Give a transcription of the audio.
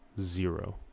zero